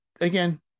again